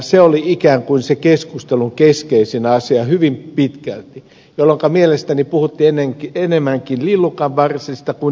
se oli ikään kuin se keskustelun keskeisin asia hyvin pitkälti jolloinka mielestäni puhuttiin enemmänkin lillukanvarsista kuin itse asiasta